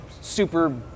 super